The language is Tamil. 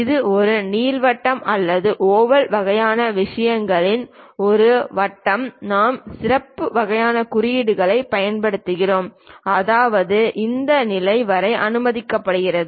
ஒரு சிறிய நீள்வட்டம் அல்லது ஓவல் வகையான விஷயங்களுக்கு ஒரு வட்டம் நாம் சிறப்பு வகையான குறியீடுகளைப் பயன்படுத்துகிறோம் அதாவது அது அந்த நிலை வரை அனுமதிக்கப்படுகிறது